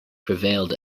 prevailed